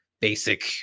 basic